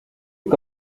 que